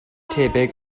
tebyg